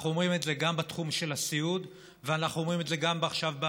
אנחנו אומרים גם בתחום של הסיעוד ואנחנו אומרים את זה גם בפעוטונים,